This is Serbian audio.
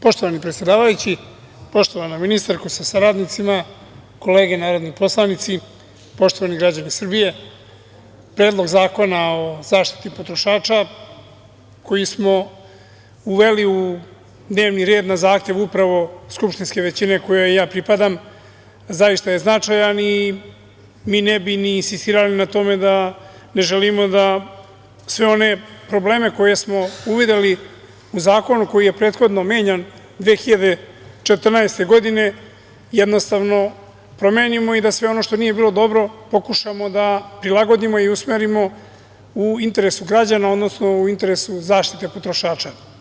Poštovani predsedavajući, poštovana ministarko sa saradnicima, kolege narodni poslanici, poštovani građani Srbije, Predlog zakona o zaštiti potrošača koji smo uveli u dnevni red na zahtev upravo skupštinske većine kojoj pripadam zaista je značajan i mi ne bi ni insistirali na tome da ne želimo da sve one probleme koje smo uvideli u zakonu koji je prethodno menjan 2014. godine jednostavno promenimo i da sve ono što nije bilo dobro, pokušamo da prilagodimo i usmerimo u interesu građana, odnosno u interesu zaštite potrošača.